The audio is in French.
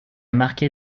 marqué